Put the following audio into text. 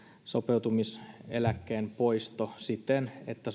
sopeutumiseläkkeen poisto siten että